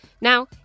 Now